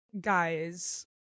Guys